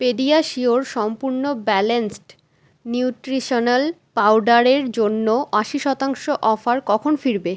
PediaSure সম্পূর্ণ balanced nutritional পাউডারের জন্য আশি শতাংশ অফার কখন ফিরবে